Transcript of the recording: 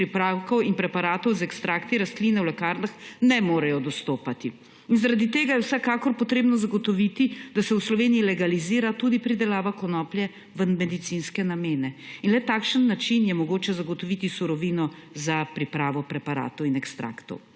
pripravkov in preparatov z ekstrakti rastline v lekarnah ne morejo dostopati. In zaradi tega je vsekakor treba zagotoviti, da se v Sloveniji legalizira tudi pridelava konoplje v medicinske namene. In le na takšen način je mogoče zagotoviti surovino za pripravo preparatov in ekstraktov.